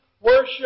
worship